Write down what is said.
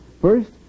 First